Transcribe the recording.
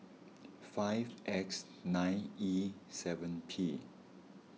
five X nine E seven P